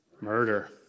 Murder